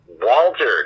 Walter